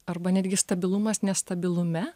arba netgi stabilumas nestabilume